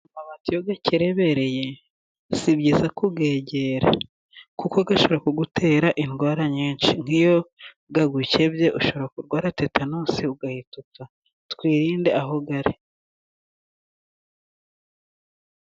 Amabati iyo akerebereye si byiza kuyegera kuko ashobora kugutera indwara nyinshi, nk'iyo agukebye ushobora kurwara tetanusi ugahita upfa, twirinde aho ari.